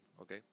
Okay